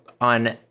on